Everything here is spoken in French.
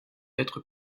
être